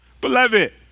Beloved